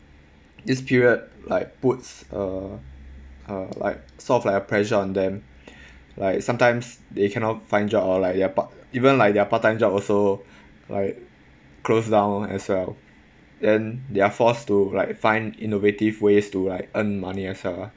this period like puts uh like sort of like a pressure on them like sometimes they cannot find job or like their part~ even like their part time job also like closed down as well then they're forced to like find innovative ways to like earn money as well ah